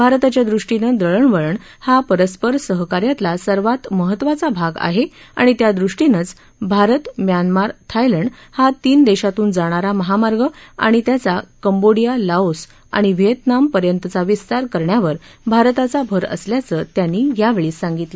भारताच्यादृष्टीनं दळणवळ हा पस्स्पर सहकार्यातला सर्वात महत्वाचा भाग आहे आणि त्यादृष्टीनंच भारत म्यानमार थायलंड हा तीन देशांतून जाणारा महामार्ग आणि त्याचा कंबोडीया लाओस आणि व्हिएतनामपर्यंतचा विस्तार करण्यावर भारताचा भर असल्याचं त्यांनी यावेळी सांगितलं